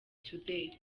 today